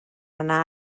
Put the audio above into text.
yna